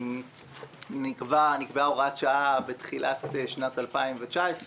נקבעה הוראת שעה בתחילת שנת 2019,